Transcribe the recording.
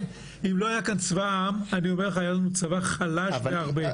אם לא היה כאן צבא העם היה לנו כאן צבא חלש בהרבה.